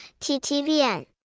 TTVN